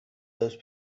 those